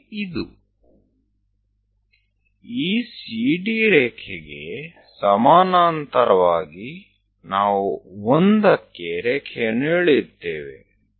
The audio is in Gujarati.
આ CD લીટીને સમાંતર આપણે 1 પાસે એક લીટી દોરીશું